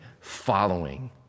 following